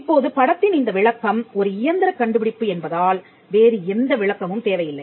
இப்போது படத்தின் இந்த விளக்கம் ஒரு இயந்திரக் கண்டுபிடிப்பு என்பதால் வேறு எந்த விளக்கமும் தேவையில்லை